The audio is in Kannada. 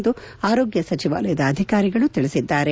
ಎಂದು ಆರೋಗ್ಯ ಸಚಿವಾಲಯದ ಅಧಿಕಾರಿಗಳು ತಿಳಿಸಿದ್ದಾರೆ